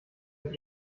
mit